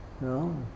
No